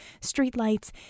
streetlights